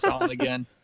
again